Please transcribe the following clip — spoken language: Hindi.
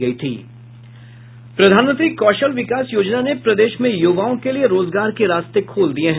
प्रधानमंत्री कौशल विकास योजना ने प्रदेश में युवाओं के लिए रोजगार के रास्ते खोल दिये हैं